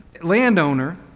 landowner